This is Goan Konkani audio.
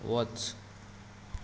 वच